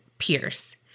Pierce